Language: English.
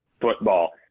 football